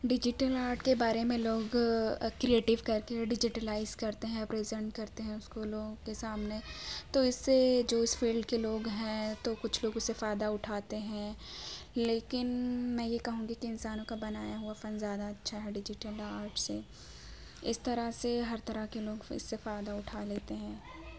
digital art کے بارے میں لوگ کریٹیو کر کے ڈیجیٹلائز کرتے ہیں پریزینٹ کرتے ہیں اُس کو لوگوں کے سامنے تو اِس سے جو اِس فیلڈ کے لوگ ہیں تو کچھ لوگ اُس سے فائدہ اٹھاتے ہیں لیکن میں یہ کہوں گی کہ انسانوں کا بنایا ہُوا فَن زیادہ اچھا ہے ڈیجیٹل آرٹ سے اِس طرح سے ہر طرح کے لوگ اِس سے فائدہ اٹھا لیتے ہیں